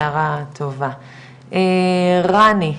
הערה טובה, ראני.